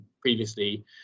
previously